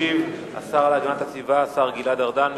ישיב השר להגנת הסביבה, השר גלעד ארדן.